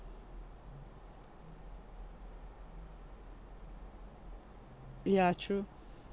ya true